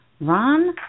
Ron